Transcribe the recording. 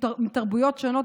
מתרבויות שונות,